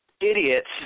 idiots